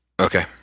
Okay